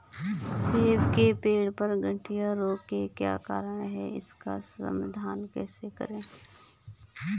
सेब के पेड़ पर गढ़िया रोग के क्या कारण हैं इसका समाधान कैसे करें?